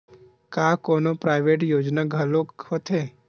का कोनो प्राइवेट योजना घलोक होथे?